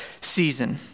season